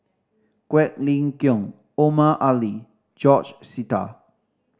Quek Ling Kiong Omar Ali George Sita